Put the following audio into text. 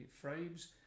frames